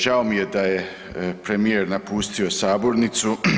Žao mi je da je premijer napustio sabornicu.